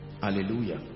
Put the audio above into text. Hallelujah